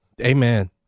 Amen